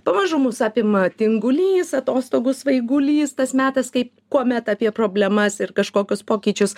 pamažu mus apima tingulys atostogų svaigulys tas metas kai kuomet apie problemas ir kažkokius pokyčius